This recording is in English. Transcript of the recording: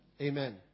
Amen